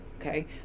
okay